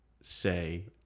say